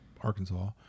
Arkansas